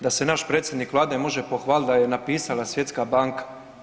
Da se naš predsjednik Vlade može pohvaliti da ju je napisala Svjetska banka.